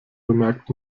bemerkt